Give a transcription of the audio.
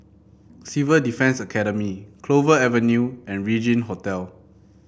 Civil Defence Academy Clover Avenue and Regin Hotel